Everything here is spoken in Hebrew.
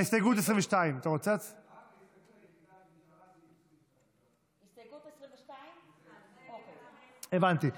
ההסתייגות היחידה שנשארה היא הסתייגות 22. הבנתי.